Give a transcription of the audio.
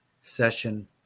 session